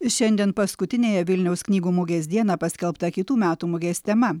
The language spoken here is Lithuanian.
šiandien paskutinėje vilniaus knygų mugės dieną paskelbta kitų metų mugės tema